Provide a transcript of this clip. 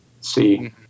see